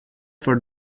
for